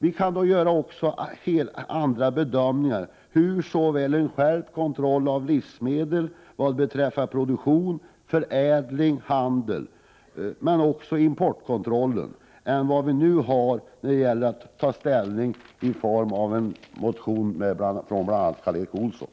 Vi kan då också göra helt andra bedömningar av behovet såväl av skärpt kontroll av livsmedel vad beträffar produktion, förädling och handel som av importkontrollen än vad vi nu kan göra, när vi skall ta ställning till en motion från bl.a. Karl Erik Olsson.